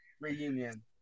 reunion